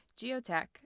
geotech